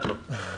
כן.